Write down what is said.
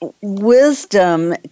wisdom